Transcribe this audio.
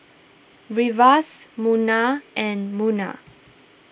Firash Munah and Munah